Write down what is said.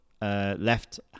left